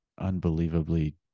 unbelievably